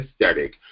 aesthetic